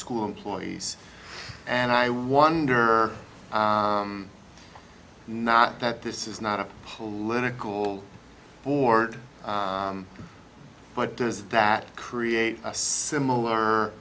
school employees and i wonder not that this is not a political board but does that create a similar